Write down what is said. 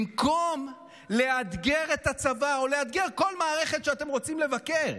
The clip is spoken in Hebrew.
במקום לאתגר את הצבא או לאתגר כל מערכת שאתם רוצים לבקר.